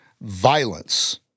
violence